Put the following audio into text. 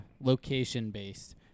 location-based